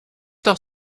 doch